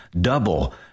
Double